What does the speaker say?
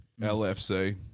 LFC